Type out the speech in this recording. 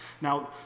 Now